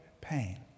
pain